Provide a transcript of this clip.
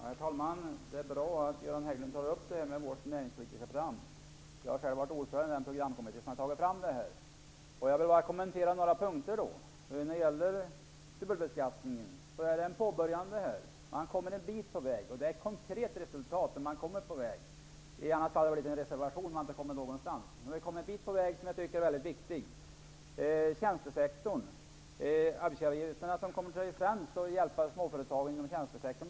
Herr talman! Det är bra att Göran Hägglund tar upp vårt näringspolitiska program. Jag har själv varit ordförande i den programkommitté som har tagit fram det. Jag vill kommentera några punkter. När det gäller dubbelbeskattningen är det en början. Man kommer en bit på väg. Det är ett konkret reslutat. I annat fall hade det blivit en reservation, och man hade inte kommit någonstans. Nu har vi kommit en bit på väg, och jag tycker att det är väldigt viktigt. hjälpa småföretagen inom tjänstesektorn.